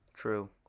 true